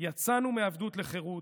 יצאנו מעבדות לחירות.